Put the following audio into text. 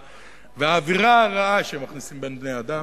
והאווירה הרעה שהן מכניסות בין בני-אדם,